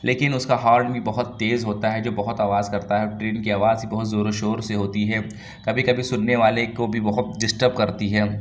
لیکن اس کا ہارن بھی بہت تیز ہوتا ہے جو بہت آواز کرتا ہے اور ٹرین کی آواز بھی بہت زور و شور سے ہوتی ہے کبھی کبھی سننے والے کو بھی بہت ڈسٹرب کرتی ہے